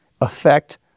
affect